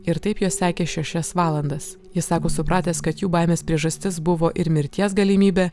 ir taip juos sekė šešias valandas jis sako supratęs kad jų baimės priežastis buvo ir mirties galimybė